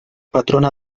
patrona